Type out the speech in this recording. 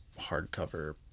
hardcover